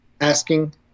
asking